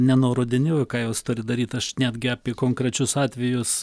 nenurodinėju ką jos turi daryt aš netgi apie konkrečius atvejus